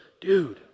dude